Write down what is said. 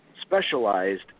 Specialized